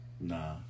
Nah